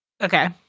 okay